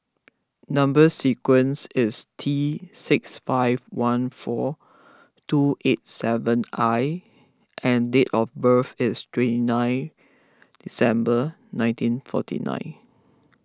Number Sequence is T six five one four two eight seven I and date of birth is twenty nine December nineteen forty nine